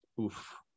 Oof